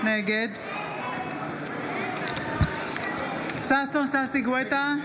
נגד ששון ששי גואטה,